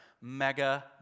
mega